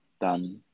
done